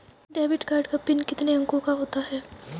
Debit card का PIN कितने अंकों का होता है?